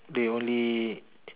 they only